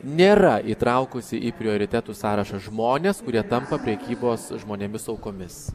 nėra įtraukusi į prioritetų sąrašą žmones kurie tampa prekybos žmonėmis aukomis